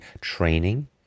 training